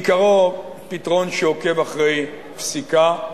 בעיקרו, פתרון שעוקב אחרי פסיקה,